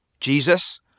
Jesus